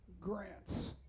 grants